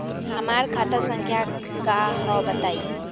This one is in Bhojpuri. हमार खाता संख्या का हव बताई?